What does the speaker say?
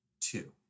two